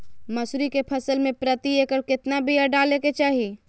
मसूरी के फसल में प्रति एकड़ केतना बिया डाले के चाही?